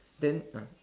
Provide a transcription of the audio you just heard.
then ah